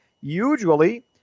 usually